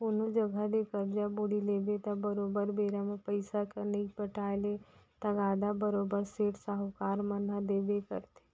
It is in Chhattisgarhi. कोनो जघा ले करजा बोड़ी लेबे त बरोबर बेरा म पइसा के नइ पटाय ले तगादा बरोबर सेठ, साहूकार मन ह देबे करथे